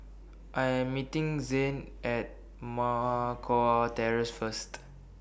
I Am meeting Zane At Moh Kua Terrace First